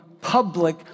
public